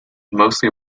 mostly